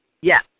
Yes